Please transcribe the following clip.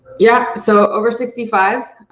yeah so over sixty five,